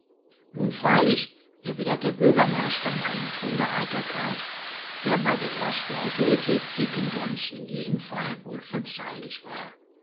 nun freilich erwiderte der bürgermeister in einem ton der eitelkeit der bei der ersten autorität quiquendones in diesem fall wohl verzeihlich war